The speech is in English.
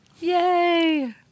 Yay